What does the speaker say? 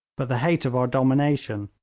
but the hate of our domination,